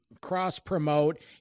cross-promote